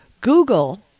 Google